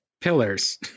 pillars